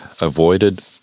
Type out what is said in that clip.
avoided